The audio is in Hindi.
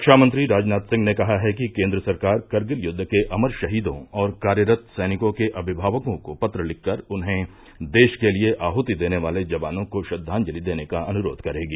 रक्षा मंत्री राजनाथ सिंह ने कहा है कि केन्द्र सरकार करगिल युद्ध के अमर शहीदों और कार्यरत सैनिकों के अभिमावकों को पत्र लिखकर उन्हें देश के लिए आहुति देने वाले जवानों को श्रद्वांजलि देने का अनुरोध करेगी